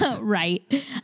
Right